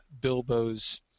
Bilbo's